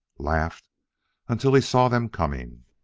laughed until he saw them coming.